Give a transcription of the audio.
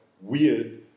weird